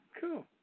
Cool